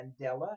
Mandela